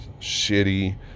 Shitty